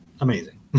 amazing